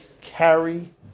carry